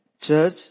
church